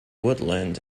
woodland